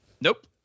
Nope